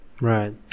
Right